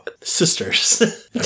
Sisters